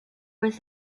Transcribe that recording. was